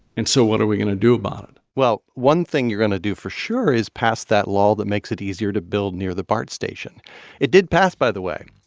and so what are we going to do about it? well, one thing you're going to do, for sure, is pass that law that makes it easier to build near the bart station it did pass, by the way.